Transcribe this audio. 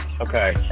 Okay